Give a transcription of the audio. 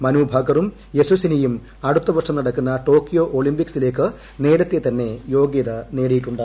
മനു ഭാക്കറും യശസ്ഥിനിയും അടുത്തവർഷം നടക്കുന്ന ടോക്കിയോ ഒളിംമ്പിക്സിലേക്ക് നേരത്തേ തന്നെ യോഗൃത നേടിയിട്ടുണ്ട്